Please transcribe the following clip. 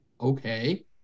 Okay